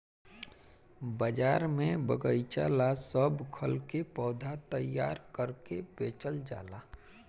बाजार में बगएचा ला सब खल के पौधा तैयार क के बेचल जाला